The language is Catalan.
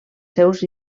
seus